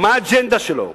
מה האג'נדה שלו?